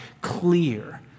clear